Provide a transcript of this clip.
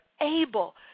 able